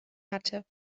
hatte